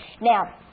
Now